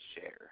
share